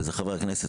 חברי הכנסת,